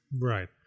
Right